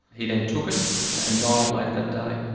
he then took it and died later that day.